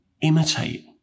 imitate